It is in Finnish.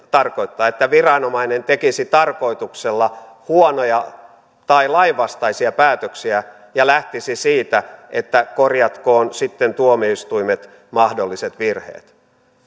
tarkoittaa että viranomainen tekisi tarkoituksella huonoja tai lainvastaisia päätöksiä ja lähtisi siitä että korjatkoot sitten tuomioistuimet mahdolliset virheet